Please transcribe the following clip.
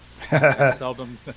Seldom